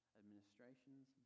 administrations